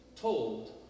told